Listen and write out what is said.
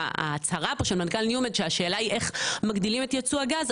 ההצהרה פה של מנכ"ל ניומד שהשאלה היא איך מגדילים את ייצוא הגז,